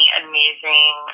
amazing